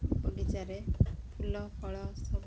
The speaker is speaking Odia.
ବଗିଚାରେ ଫୁଲ ଫଳ ସବୁ